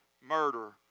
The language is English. murder